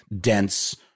dense